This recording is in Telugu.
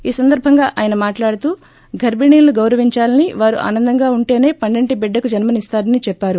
ఈ సందర్బంగా మాట్లాడుతూ గర్బిణీలను గౌరవించాలని వారు ఆనందంగా ఉంటేనే పండంటి బిడ్డకు జన్మినిస్తారని చెప్పారు